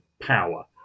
power